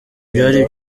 byari